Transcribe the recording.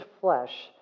flesh